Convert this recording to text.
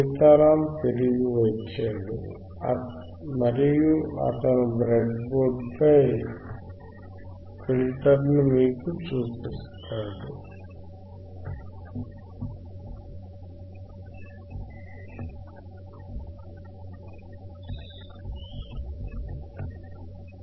సీతారాం తిరిగి వచ్చాడు మరియు అతను బ్రెడ్బోర్డ్లోని ఫిల్టర్ను మీకు చూపిస్తాడు